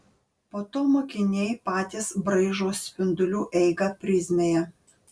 po to mokiniai patys braižo spindulių eigą prizmėje